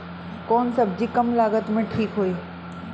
कौन सबजी कम लागत मे ठिक होई?